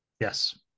Yes